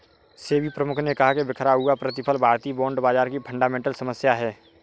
सेबी प्रमुख ने कहा कि बिखरा हुआ प्रतिफल भारतीय बॉन्ड बाजार की फंडामेंटल समस्या है